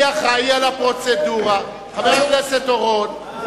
חבר הכנסת אורון,